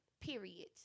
Period